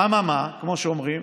אממה, כמו שאומרים,